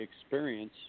experience